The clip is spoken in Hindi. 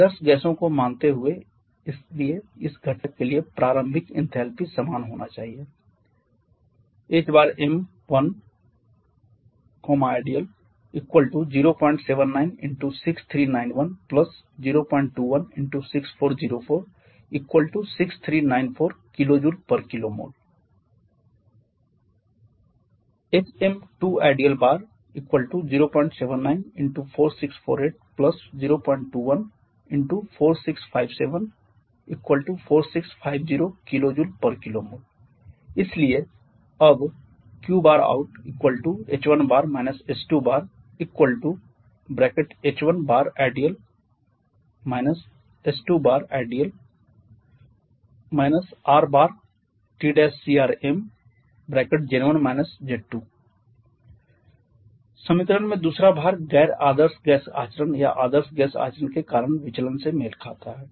आदर्श गैसों को मानते हुए इसलिए इस घटक के लिए प्रारंभिक इनथैलपी समान होना चाहिए hm 1 ideal079639102164046394 KJkmol hm 2 ideal079464802146574650 KJkmol इसलिए अब qouth1 h2h1ideal h2ideal R Tcrm समीकरण में दूसरा भाग गैर आदर्श गैस आचरण या आदर्श गैस आचरण के कारण विचलन से मेल खाता है